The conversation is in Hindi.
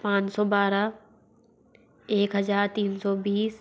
पाँच सौ बारह एक हज़ार तीन सौ बीस